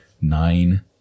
nine